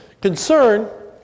Concern